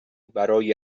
برای